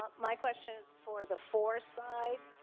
um my question is for the for side.